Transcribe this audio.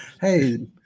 Hey